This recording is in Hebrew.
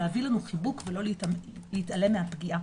להביא לנו חיבוק ולא להתעלם מהפגיעה'.